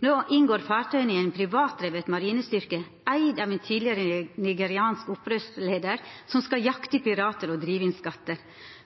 Nå inngår fartøyene i en privatdrevet marinestyrke eid av en tidligere nigeriansk opprørsleder som skal jakte pirater og drive inn skatter